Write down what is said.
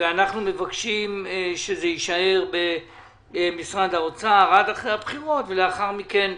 ואנחנו מבקשים שזה יישאר במשרד האוצר עד אחרי הבחירות ולאחר מכן,